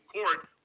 Court